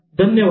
धन्यवाद